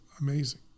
amazing